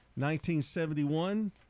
1971